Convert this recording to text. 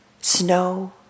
snow